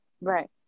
Right